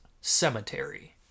Cemetery